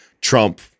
Trump